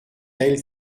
elles